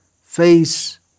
face